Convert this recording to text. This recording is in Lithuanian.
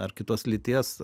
ar kitos lyties